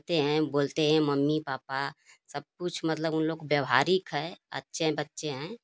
आते हैं बोलते हैं मम्मी पापा सब कुछ मतलब उन लोग व्यावहारिक है अच्छे बच्चे हैं